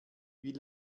wie